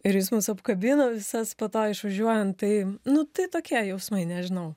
ir jis mus apkabino visas po to išvažiuojant tai nu tai tokie jausmai nežinau